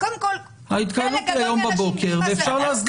קודם כל חלק גדול מהאנשים נכנס בלי מסכות.